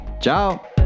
Ciao